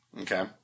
Okay